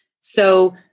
So-